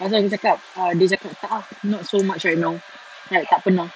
lepas aku cakap uh dia cakap tak ah not so much right now like tak pernah